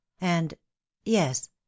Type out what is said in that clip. and-yes